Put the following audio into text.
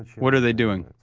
what are they doing?